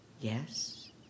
Yes